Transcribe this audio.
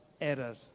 error